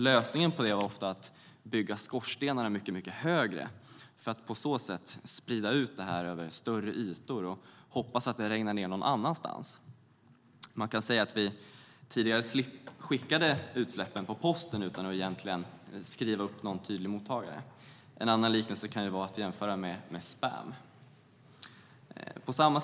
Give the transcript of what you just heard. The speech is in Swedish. Lösningen på det var att bygga skorstenarna högre för att på så sätt sprida ut det över större ytor och sedan hoppas att det regnade ned någon annanstans. Man kan säga att vi tidigare skickade utsläppen på posten utan att skriva en tydlig mottagare. Eller så kan man likna det vid spam.